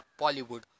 Bollywood